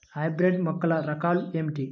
Hybrid మొక్కల రకాలు ఏమిటీ?